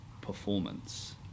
performance